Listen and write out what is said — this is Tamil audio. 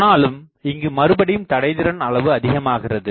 ஆனாலும் இங்கு மறுபடியும் தடை திறன் அளவு அதிகமாகிறது